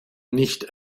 nicht